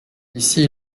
ici